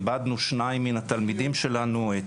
איבדנו שניים מן התלמידים שלנו,